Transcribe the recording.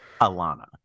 Alana